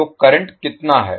तो करंट कितना है